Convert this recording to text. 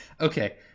Okay